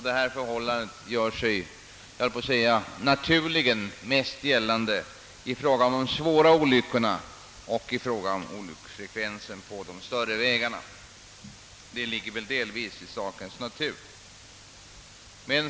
Detta förhållande gör sig mest gällande i fråga om de svåra olyckorna och beträffande olycksfallsfrekvensen på de stora vägarna; det ligger väl delvis i sakens natur.